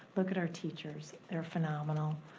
look at our teachers, they're phenomenal.